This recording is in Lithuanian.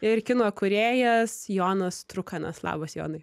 ir kino kūrėjas jonas trukanas labas jonai